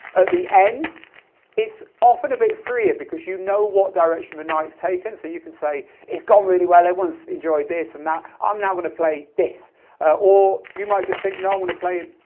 the end it's often a bit freer because you know what direction the night's taken so you can say it's gone really well, everyone's enjoyed this and that, i'm now going to play this or you might just think no, i'm going to play,